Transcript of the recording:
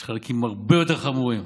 יש חלקים הרבה יותר חמורים.